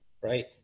right